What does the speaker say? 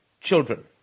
children